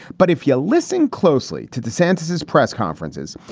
but if you listen closely to the santos's press conferences,